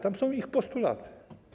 Tam są ich postulaty.